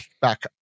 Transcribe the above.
back